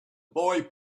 boy